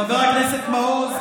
חבר הכנסת מעוז,